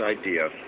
idea